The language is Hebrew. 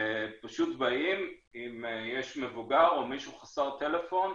פשוט באים, אם יש מבוגר או מישהו חסר טלפון,